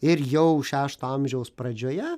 ir jau šešto amžiaus pradžioje